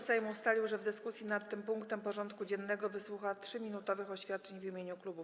Sejm ustalił, że w dyskusji nad tym punktem porządku dziennego wysłucha 3-minutowych oświadczeń w imieniu klubów i koła.